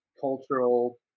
cultural